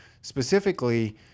specifically